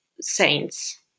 saints